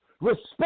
Respect